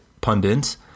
pundits